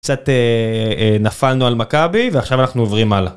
קצת נפלנו על מכבי ועכשיו אנחנו עוברים הלאה.